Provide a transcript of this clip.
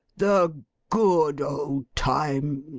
the good old times,